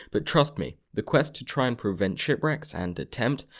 but trust me, the quest to try and prevent shipwrecks and attempt,